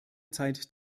zeit